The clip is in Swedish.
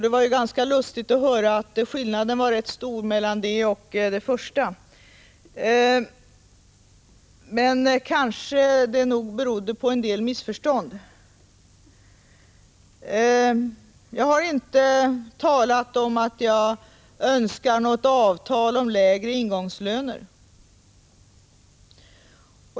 Det var ganska lustigt att höra skillnaden mellan det inlägget och hans första — skillnaden var rätt stor. Kanske berodde det på en del missförstånd. Jag har inte talat om att jag önskar något avtal om lägre ingångslöner.